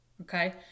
Okay